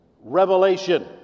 revelation